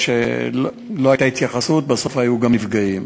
ואף שלא הייתה התייחסות, בסוף היו גם נפגעים.